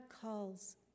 calls